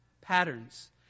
patterns